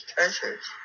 Treasures